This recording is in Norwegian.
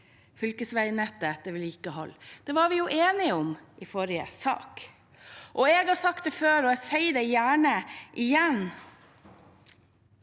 fylkesveinettet etter vedlikehold. Det var vi jo enige om i forrige sak. Jeg har sagt det før, og jeg sier det gjerne igjen: